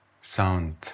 sound